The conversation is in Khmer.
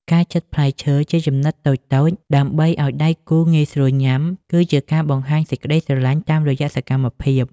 ការចិតផ្លែឈើជាចំណិតតូចៗដើម្បីឱ្យដៃគូងាយស្រួលញ៉ាំ គឺជាការបង្ហាញសេចក្ដីស្រឡាញ់តាមរយៈសកម្មភាព។